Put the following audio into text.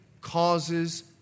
causes